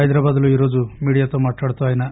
హైదరాబాద్ లో ఈరోజు మీడియాతో మాట్లాడుతూ ఆయన